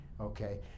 okay